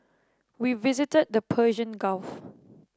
we visited the Persian Gulf